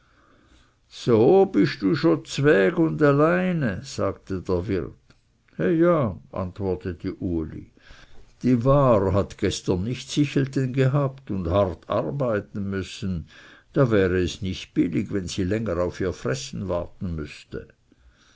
so bist du schon zweg und alleine sagte der wirt he ja antwortete uli die war hat gestern nicht sichelten gehabt und hart arbeiten müssen da wäre es nicht billig wenn sie länger auf ihr fressen warten müßte